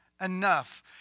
enough